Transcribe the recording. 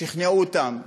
שכנעו אותם: